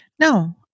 No